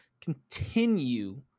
continue